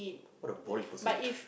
what a boring person